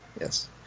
Yes